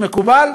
מקובל?